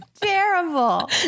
terrible